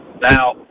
Now